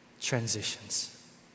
transitions